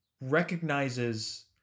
recognizes